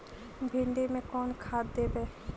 भिंडी में कोन खाद देबै?